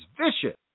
vicious